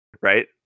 Right